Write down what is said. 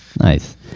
Nice